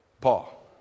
Paul